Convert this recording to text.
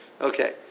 Okay